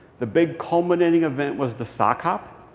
the big culminating event was the sock hop.